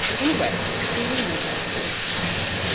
anyway, peter you have twenty two minutes.